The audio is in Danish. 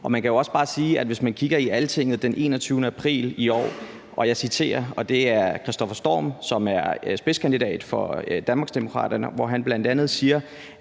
i. Man kan også bare sige, at hvis man kigger i Altinget den 21. april i år, kan man se, at Kristoffer Storm, som er spidskandidat for Danmarksdemokraterne, bl.a. siger,